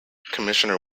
commissioner